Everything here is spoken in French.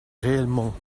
réellement